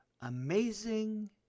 amazing